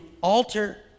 alter